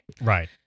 Right